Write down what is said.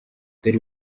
dore